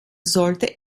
sollte